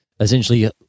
essentially